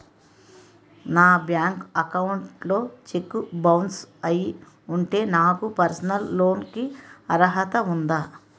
నా bank account లో cheque bounce అయ్యి ఉంటే నాకు పర్సనల్ లోన్ కీ అర్హత ఉందా?